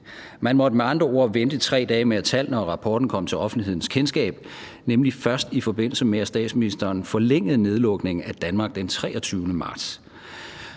Man måtte med andre ord vente 3 dage med, at tallene og rapporten kom til offentlighedens kendskab, nemlig først i forbindelse med at statsministeren forlængede nedlukningen af Danmark den 23. marts.